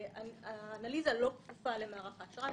האנליזה לא כפופה למערך האשראי,